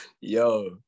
yo